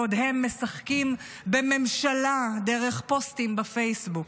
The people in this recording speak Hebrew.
בעוד הם משחקים בממשלה דרך פוסטים בפייסבוק.